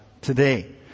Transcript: today